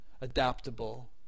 adaptable